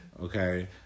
Okay